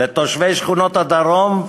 לתושבי שכונות הדרום,